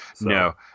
No